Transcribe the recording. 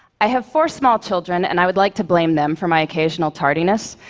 i have four small children, and i would like to blame them for my occasional tardiness,